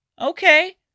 Okay